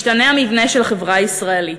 השתנה המבנה של החברה הישראלית.